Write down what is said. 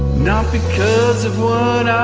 nine because of